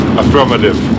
affirmative